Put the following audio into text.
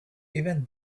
even